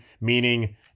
meaning